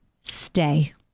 Stay